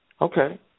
Okay